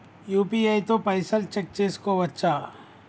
UPI తో పైసల్ check చేసుకోవచ్చా?